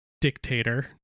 dictator